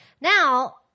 Now